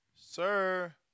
Sir